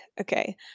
Okay